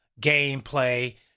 gameplay